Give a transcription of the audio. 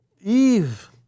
Eve